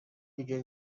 دیگه